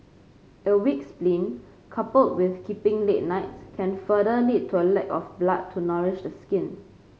a weak spleen coupled with keeping late nights can further lead to a lack of blood to nourish the skin